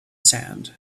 sand